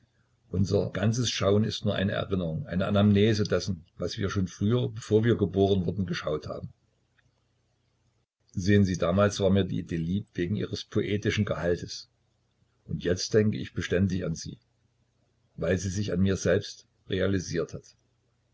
unser ganzes schauen ist nur eine erinnerung eine anamnese dessen was wir schon früher bevor wir geboren wurden geschaut haben sehen sie damals war mir die idee lieb wegen ihres poetischen gehaltes und jetzt denk ich beständig an sie weil sie sich an mir selbst realisiert hat